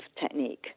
Technique